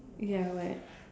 ya what